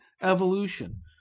evolution